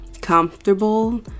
comfortable